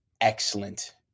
excellent